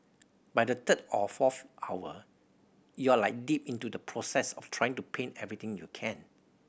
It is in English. by the third or fourth hour you are like deep into the process of trying to paint everything you can